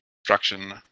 construction